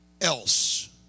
else